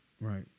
Right